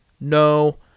No